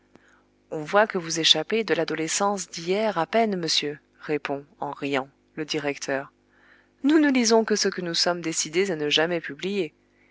on voit que vous échappez de l'adolescence d'hier à peine monsieur répond en riant le directeur nous ne lisons que ce que nous sommes décidés à ne jamais publier